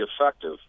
effective